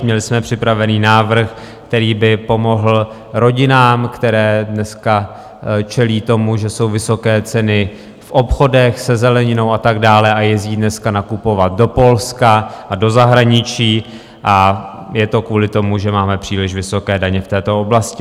Měli jsme připravený návrh, který by pomohl rodinám, které dneska čelí tomu, že jsou vysoké ceny v obchodech se zeleninou a tak dále, a jezdí dneska nakupovat do Polska a do zahraničí a je to kvůli tomu, že máme příliš vysoké daně v této oblasti.